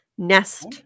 nest